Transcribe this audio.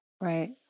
Right